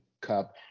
Cup